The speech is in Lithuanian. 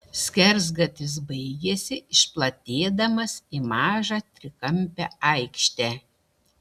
skersgatvis baigėsi išplatėdamas į mažą trikampę aikštę